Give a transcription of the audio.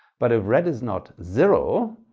but if red is not zero,